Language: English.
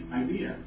idea